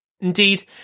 Indeed